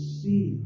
see